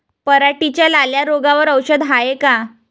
पराटीच्या लाल्या रोगावर औषध हाये का?